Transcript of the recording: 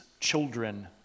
children